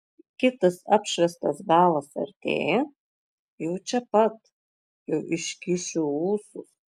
kitas apšviestas galas artėja jau čia pat jau iškišiu ūsus